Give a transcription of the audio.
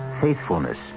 faithfulness